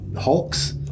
hulks